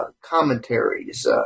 commentaries